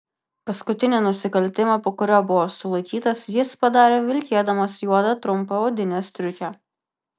paskutinį nusikaltimą po kurio buvo sulaikytas jis padarė vilkėdamas juodą trumpą odinę striukę